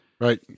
Right